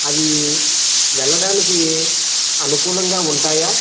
అవి వెళ్ళడానికి అనుకూలంగా ఉంటాయా